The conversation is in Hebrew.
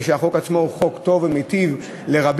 החוק עצמו הוא חוק טוב ומיטיב לרבים,